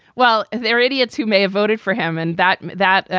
well, they're idiots who may have voted for him. and that that,